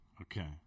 Okay